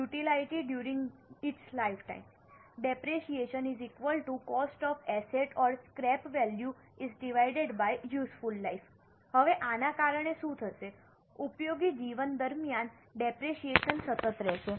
હવે આના કારણે શું થશે ઉપયોગી જીવન દરમ્યાન ડેપરેશીયેશન સતત રહે છે